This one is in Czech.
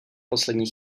poslední